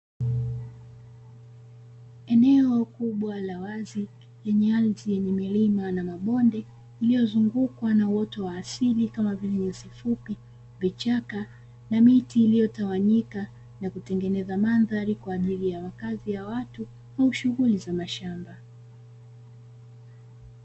Eneo kubwa la wazi lenye ardhi yenye milima na mabonde iliyo zungukwa na uoto wa asili kama vile nyasi fupi, vichaka na miti iliyo tawanyika na kutengeneza mandhari kwa ajili ya makazi ya watu au shughuli za mashamba.